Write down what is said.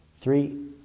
Three